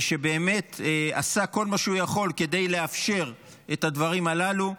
שבאמת עשה כל מה שהוא יכול כדי לאפשר את הדברים הללו,